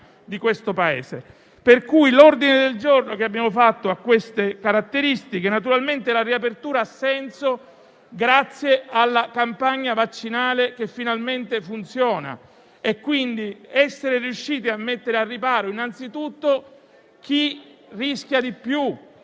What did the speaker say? di questo Paese, per cui l'ordine del giorno che abbiamo presentato ha tali caratteristiche. Naturalmente, la riapertura ha senso grazie alla campagna vaccinale, che finalmente funziona e con la quale siamo riusciti a mettere al riparo innanzitutto chi rischia di più.